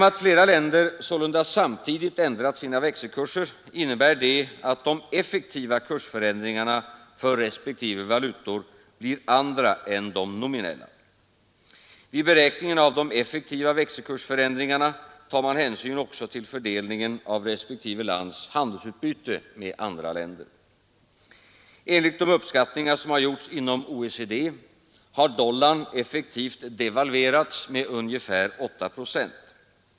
Att flera länder sålunda samtidigt ändrat sina växelkurser, innebär att de effektiva kursförändringarna för respektive valutor blir andra än de nominella. Vid beräkningen av de effektiva växelkursförändringarna tas hänsyn även till fördelningen av respektive lands handelsutbyte med andra länder. Enligt de uppskattningar som har gjorts inom OECD har dollarn effektivt devalverats med ca 8 procent.